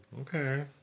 Okay